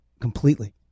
completely